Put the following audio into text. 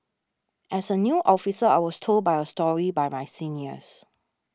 as a new officer I was told by a story by my seniors